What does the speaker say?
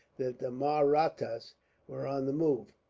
that the mahrattas were on the move.